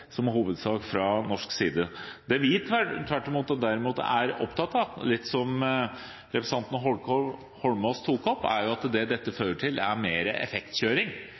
fra norsk side. Det vi derimot er opptatt av, litt som representanten Eidsvoll Holmås tok opp, er at dette fører til mer effektkjøring